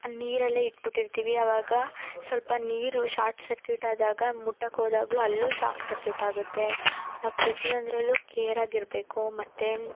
ನೀರಲ್ಲೇ ಇಟ್ಬಿಟ್ಟಿರ್ತಿವಿ ಆವಾಗ ಸ್ವಲ್ಪ ನೀರು ಶಾರ್ಟ್ ಸರ್ಕ್ಯೂಟ್ ಆದಾಗ ಮುಟ್ಟಕ್ಕೆ ಹೋದಾಗಲು ಅಲ್ಲೂ ಶಾರ್ಟ್ ಸರ್ಕ್ಯೂಟ್ ಆಗುತ್ತೆ ನಾವು ಪ್ರತಿಯೊಂದರಲ್ಲೂ ಕೇರ್ ಆಗಿರಬೇಕು ಮತ್ತು